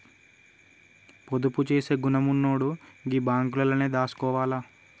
పొదుపు జేసే గుణమున్నోడు గీ బాంకులల్లనే దాసుకోవాల